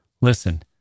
Listen